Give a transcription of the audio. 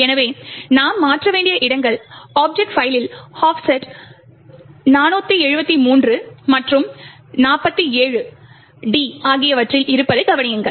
எனவே நாம் மாற்ற வேண்டிய இடங்கள் ஆப்ஜெக்ட் பைல்லில் ஆஃப்செட் 473 மற்றும் 47 d ஆகியவற்றில் இருப்பதைக் கவனியுங்கள்